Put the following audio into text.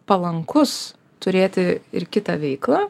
palankus turėti ir kitą veiklą